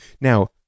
Now